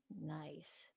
Nice